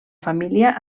família